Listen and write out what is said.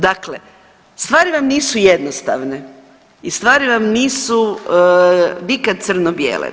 Dakle, stvari vam nisu jednostavne i stvari vam nisu nikad crno-bijele.